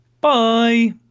Bye